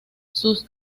sus